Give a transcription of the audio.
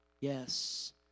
Yes